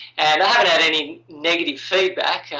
and had had any negative feedback,